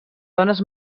dones